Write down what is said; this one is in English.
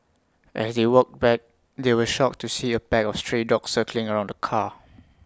as they walked back they were shocked to see A pack of stray dogs circling around the car